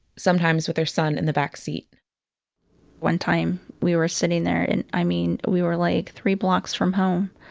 sometimes with her son in the back seat one time we were sitting there and i mean, we were like three blocks from home.